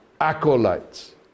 acolytes